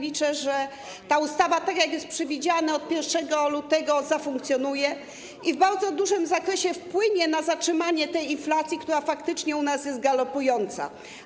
Liczę, że ta ustawa, tak jak jest przewidziane, od 1 lutego zafunkcjonuje i w bardzo dużym zakresie wpłynie na zatrzymanie tej inflacji, która faktycznie u nas jest galopująca.